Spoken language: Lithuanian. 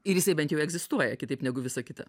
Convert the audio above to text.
ir jisai bent jau egzistuoja kitaip negu visa kita